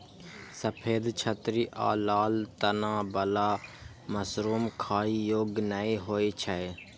सफेद छतरी आ लाल तना बला मशरूम खाइ योग्य नै होइ छै